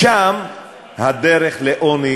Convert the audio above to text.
ומשם הדרך לעוני